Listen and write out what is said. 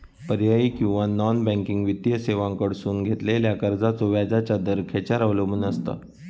पर्यायी किंवा non banking वित्तीय सेवांकडसून घेतलेल्या कर्जाचो व्याजाचा दर खेच्यार अवलंबून आसता?